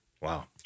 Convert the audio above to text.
Wow